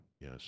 Yes